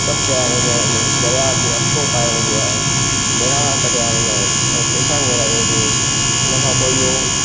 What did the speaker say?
सभु चया वेंदा आहिनि दरिया ते अख़ो पायो वेंदो आहे बहिराणा कढिया वेंदा आहिनि ऐं सेसा घुराए वेंदियूं आहिनि उनखां पोइ इहो